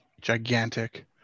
gigantic